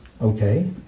okay